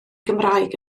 gymraeg